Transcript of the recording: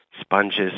sponges